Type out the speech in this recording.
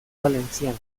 valenciana